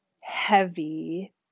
heavy